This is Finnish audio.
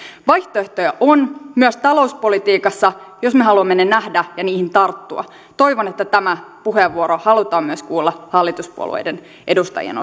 vaihtoehtoja on myös talouspolitiikassa jos me haluamme ne nähdä ja niihin tarttua toivon että tämä puheenvuoro halutaan kuulla myös hallituspuolueiden edustajien